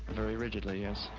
very rigidly, yes.